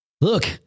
look